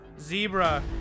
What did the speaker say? Zebra